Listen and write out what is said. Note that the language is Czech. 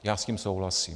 Já s tím souhlasím.